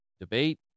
debate